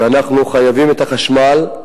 כי אנחנו חייבים את החשמל,